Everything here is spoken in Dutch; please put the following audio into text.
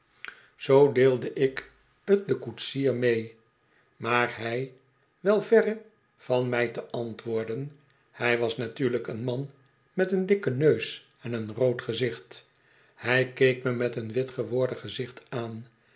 zoo deelde ik t den koetsier mee maar hij wel verre van mij te antwoorden hij was natuurlijk een man met een dikken neus en een rood gezicht hij keek me met een wit geworden gezicht aan